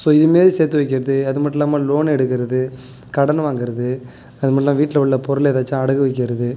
so இது மாரி சேர்த்து வைக்கிறது அது மட்டும் இல்லாமல் லோன் எடுக்கிறது கடன் வாங்குறது அது மட்டும் இல்லாமல் வீட்டில உள்ள பொருளை எதாச்சும் அடகு வைக்கிறது